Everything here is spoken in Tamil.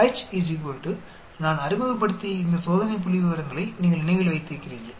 H நான் அறிமுகப்படுத்திய இந்த சோதனை புள்ளிவிவரங்களை நீங்கள் நினைவில் வைத்திருக்கிறீர்கள்